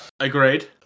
Agreed